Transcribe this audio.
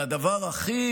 והדבר הכי